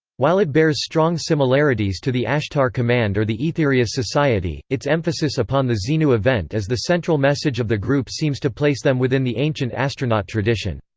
while it bears strong similarities to the ashtar command or the aetherius society, its emphasis upon the xenu event as the central message of the group seems to place them within the ancient astronaut tradition.